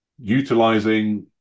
utilizing